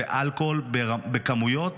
ואלכוהול בכמויות